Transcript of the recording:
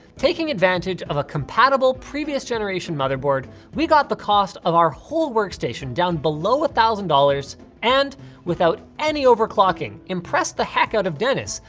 taking advantage of a compatible previous generation motherboard, we got the cost of our whole workstation down below a thousand dollars and without any overclocking impressed the heck out of dennis,